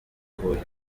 huye